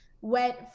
went